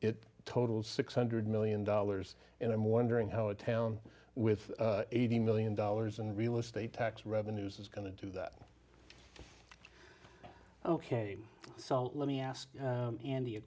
it totals six hundred million dollars and i'm wondering how a town with eighty million dollars in real estate tax revenues is going to do that ok so let me ask andy a